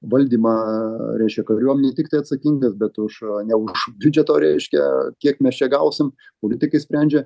valdymą reiškia kariuomenėj tiktai atsakingas bet už ne už biudžeto reiškia kiek mes čia gausim politikai sprendžia